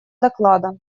доклада